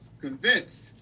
convinced